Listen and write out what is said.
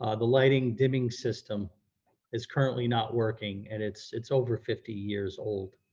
ah the lighting dimming system is currently not working and it's it's over fifty years old.